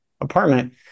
apartment